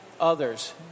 others